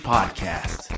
Podcast